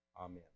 Amen